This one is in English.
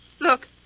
look